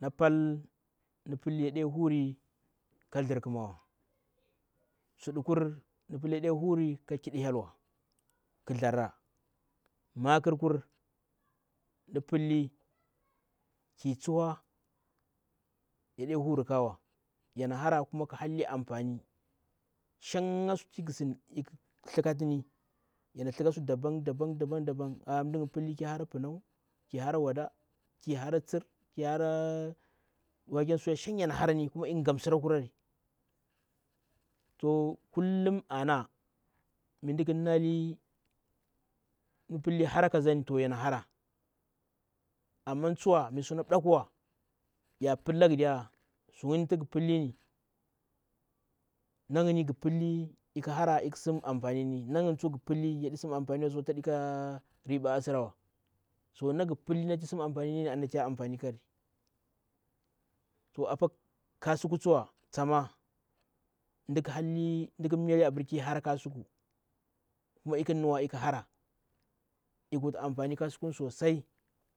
napal mda pilli yade hurika tdzir kmawa, suɗukur mda pilli yade hurika kidi hyel wa. k tdjarra, makr mda pilli ki tsuhoay yade hurri khi karwa. Yana hara kuma khi hanlli anfani shanga sutu i tstikatini, yana tstika su daban daban daban daban, aa mda ngni pilli ki hara pinaun, aa ki hara wuda ki hara tsir, ki hara waken suya shan yana harani shan ei gam msirakurari. To kullimi ana mda pille, mda pla hara kazani to yana hara amma mi suna ɗeka anfani wa yaplanari, na ingri ghi pilli lkihara lki wuti anfani yeri, na ingni ade ka anfani wa so yande harawa. So na ghu pilli nati sim anfanini anti yaharari. Apa apa kasuku tsuwa mda halli mda khi palli ku hara kasuku, kuna iknuwa ikhara ikwuti anfanin kasukuni so sai!